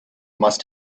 must